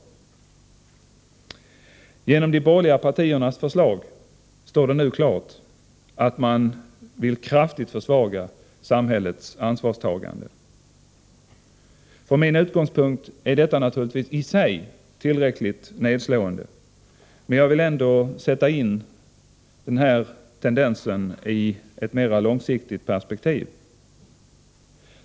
Men genom de borgerliga partiernas förslag står det nu klart att de vill kraftigt minska samhällets ansvarstagande. Från min utgångspunkt är naturligtvis detta i sig tillräckligt nedslående, men jag vill ändå sätta in denna tendens i ett mera långsiktigt perspektiv.